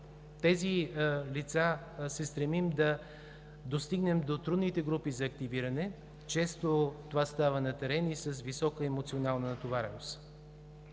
тези лица се стремим да достигнем до трудните групи за активиране. Често това става на терен и с високоемоционална натовареност.